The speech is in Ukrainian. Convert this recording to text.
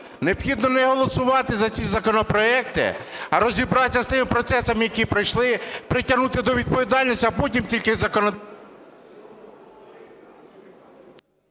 Необхідно не голосувати за ці законопроекти, а розібратися з тими процесами, які пройшли, притягнути до відповідальності, а потім тільки… ГОЛОВУЮЧИЙ.